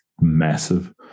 massive